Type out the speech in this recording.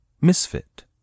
Misfit